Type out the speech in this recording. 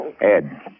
Ed